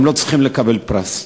הן לא צריכות לקבל פרס.